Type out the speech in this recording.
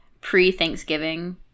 pre-Thanksgiving